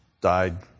died